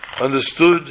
understood